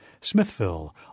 Smithville